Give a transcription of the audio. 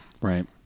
right